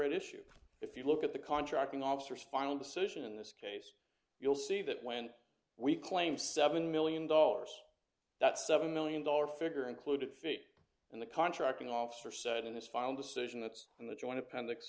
an issue if you look at the contracting officers final decision in this case you'll see that when we claim seven million dollars that's seven million dollar figure included fate and the contracting officer said in this final decision that's in the joint appendix